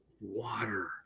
water